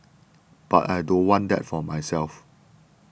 but I don't want that for myself